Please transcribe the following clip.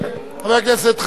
חבר הכנסת חנין.